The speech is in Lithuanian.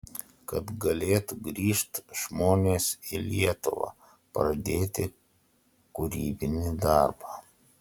kad galėtų grįžt žmonės į lietuvą pradėti kūrybinį darbą